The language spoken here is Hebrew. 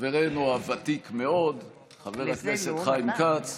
חברנו הוותיק מאוד חבר הכנסת חיים כץ,